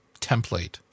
template